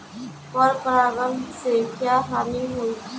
पर परागण से क्या हानि होईला?